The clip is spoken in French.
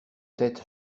tête